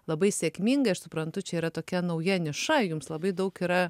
labai sėkmingai aš suprantu čia yra tokia nauja niša jums labai daug yra